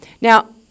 now